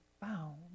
found